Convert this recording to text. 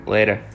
Later